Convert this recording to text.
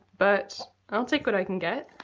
but i'll take what i can get.